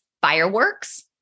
fireworks